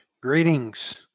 Greetings